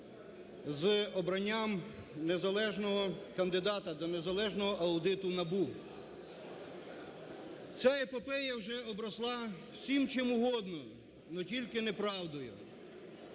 з обранням незалежного кандидата для незалежного аудиту НАБУ. Ця епопея вже обросла всім, чим угодно, но тільки не правдою.